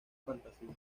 fantasías